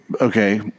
okay